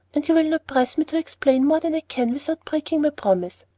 and you will not press me to explain more than i can without breaking my promise.